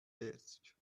desk